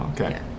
Okay